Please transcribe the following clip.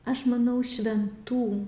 aš manau šventų